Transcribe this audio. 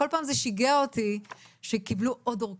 כל פעם זה שיגע אותי שקיבלו עוד ארכה